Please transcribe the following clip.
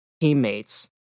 teammates